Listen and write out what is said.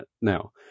Now